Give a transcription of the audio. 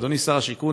אדוני שר השיכון,